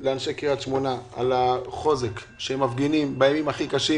לאנשי קריית שמונה על החוזק שהם מפגינים בימים הכי קשים.